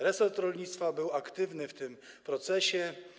Resort rolnictwa był aktywny w tym procesie.